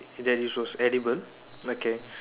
that is was edible okay